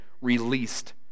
released